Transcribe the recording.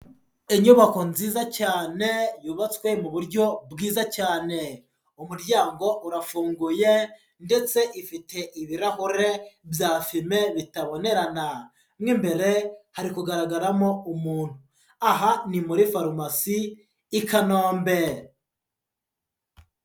Inyubako nziza cyane, yubatswe mu buryo bwiza cyane. Umuryango urafunguye ndetse ifite ibirahure bya fime bitabonerana. Mo imbere hari kugaragaramo umuntu. Aha ni muri farumasi, i Kanombe.